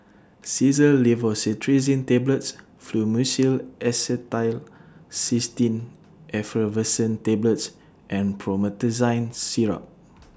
Xyzal Levocetirizine Tablets Fluimucil Acetylcysteine Effervescent Tablets and Promethazine Syrup